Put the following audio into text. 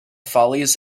follies